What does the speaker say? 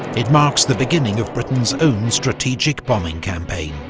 it marks the beginning of britain's own strategic bombing campaign.